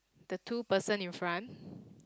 the two person in front